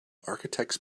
architects